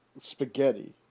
spaghetti